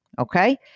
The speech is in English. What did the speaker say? Okay